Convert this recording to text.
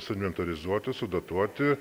suinventorizuoti sudatuoti